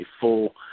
full –